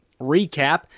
recap